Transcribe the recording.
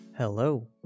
Hello